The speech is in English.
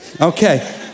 Okay